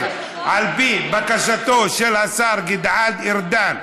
על פי בקשתו של השר גלעד ארדן,